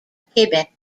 quebec